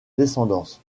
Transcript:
descendance